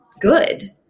good